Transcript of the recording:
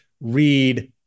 read